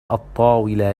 الطاولة